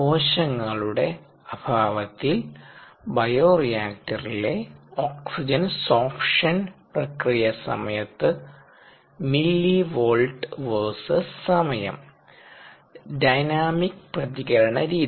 കോശങ്ങളുടെ അഭാവത്തിൽ ബയോറെയാക്ടറിലെ ഓക്സിജൻ സോർപ്ഷൻ പ്രക്രിയസമയത്ത് മില്ലിവോൾട്ട് VS സമയം ഡൈനാമിക് പ്രതികരണ രീതി